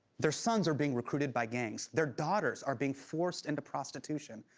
their sons are being recruited by gangs. their daughters are being forced into prostitution.